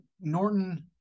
Norton